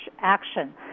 action